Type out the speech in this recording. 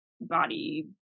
body